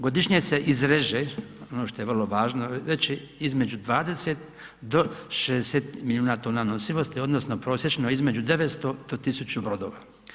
Godišnje se izreže, ono što je vrlo važno reći između 20 do 60 milijuna tona nosivosti, odnosno prosječno između 900 do tisuću brodova.